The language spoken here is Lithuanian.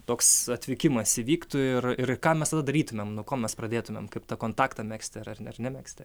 toks atvykimas įvyktų ir ir ką mes tada darytumėm nuo ko mes pradėtumėm kaip tą kontaktą megzti ar ar nemegzti